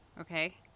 Okay